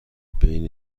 بین